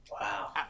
Wow